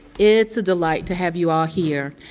it's a delight to have you all here.